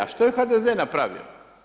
A što je HDZ napravio?